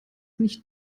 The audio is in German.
nicht